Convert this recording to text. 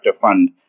fund